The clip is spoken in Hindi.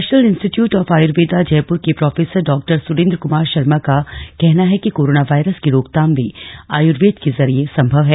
ने ानल इंस्टीटयूट ऑफ आर्यूवेदा जयपुर के प्रोफेसर डॉ सुरेन्द्र कमार भार्मा का कहना है कि कोरोना वायरस की रोकथाम भी आयुर्वेद के जरिए संभव है